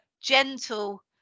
gentle